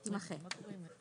תימחק.